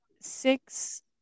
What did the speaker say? six